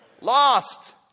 Lost